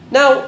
Now